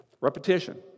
Repetition